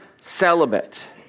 celibate